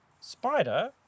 Spider